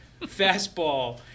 fastball